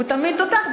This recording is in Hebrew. הוא תמיד תותח,